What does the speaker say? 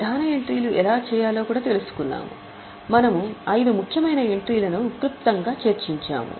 ప్రధాన ఎంట్రీలు ఎలా చేయాలో కూడా తెలుసుకున్నాము మనము ఐదు ముఖ్యమైన ఎంట్రీలను క్లుప్తంగా చర్చించాము